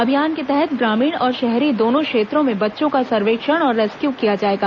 अभियान के तहत ग्रामीण और शहरी दोनों क्षेत्रों में बच्चों का सर्वेक्षण और रेस्क्यू किया जाएगा